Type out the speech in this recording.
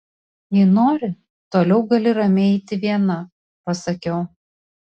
jei nori toliau gali ramiai eiti viena pasakiau